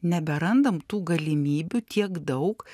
neberandam tų galimybių tiek daug